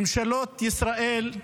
ממשלות ישראל,